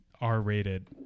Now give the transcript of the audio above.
R-rated